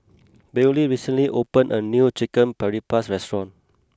Bailee recently opened a new Chicken Paprikas restaurant